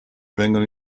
vengono